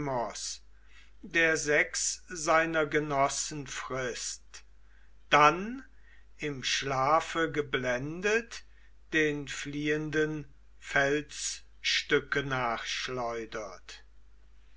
der sechs seiner genossen frißt dann im schlafe geblendet den fliehenden felsstücke